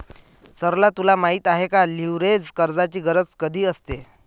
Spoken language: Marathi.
सरला तुला माहित आहे का, लीव्हरेज कर्जाची गरज कधी असते?